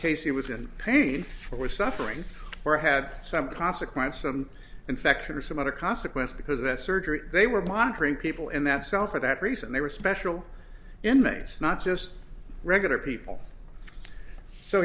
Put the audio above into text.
case he was in pain or suffering or had some consequence of an infection or some other consequence because that surgery they were monitoring people in that cell for that reason they were special in vegas not just regular people so